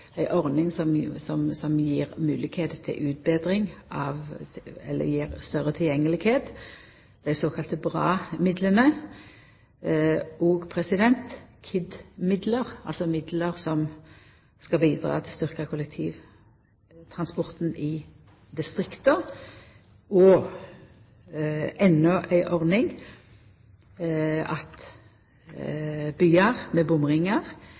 større tilgjenge, dei såkalla BRA-midlane, KID-midlar, altså midlar som skal bidra til å styrkja kollektivtransporten i distrikta, og – endå ei ordning – at byar med bomringar